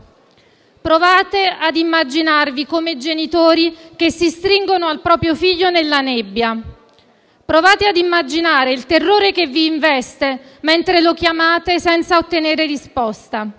Provate ad immaginarvi come genitori che si stringono al proprio figlio nella nebbia. Provate ad immaginare il terrore che vi investe, mentre lo chiamate, senza ottenere risposta;